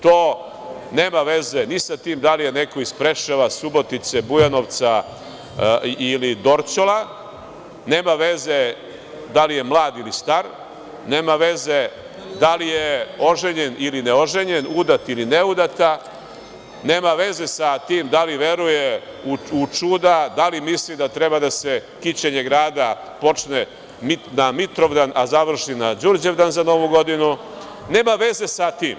To nema veze ni sa tim da li je neko iz Preševa, Subotice, Bujanovca ili Dorćola, nema veze da li je mlad ili star, nema veze da li je oženjen ili neoženjen, udata ili neudata, nema veze sa tim da li veruje u čuda, da li misli da treba da se kićenje grada počne na Mitrovdan, a završi na Đurđevdan za Novu godinu, nema veze sa tim.